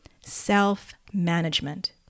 self-management